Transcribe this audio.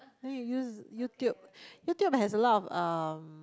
then you use YouTube YouTube has a lot of um